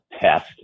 test